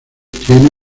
tiene